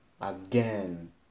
again